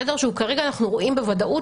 כרגע אנחנו רואים בוודאות,